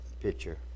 picture